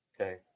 Okay